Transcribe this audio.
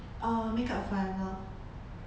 uh makeup for ever